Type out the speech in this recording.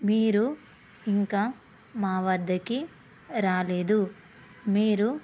మీరు ఇంకా మా వద్దకి రాలేదు మీరు